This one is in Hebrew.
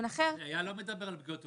אז ערן, מה הבעיה להגדיר את זה?